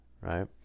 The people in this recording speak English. right